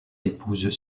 épouses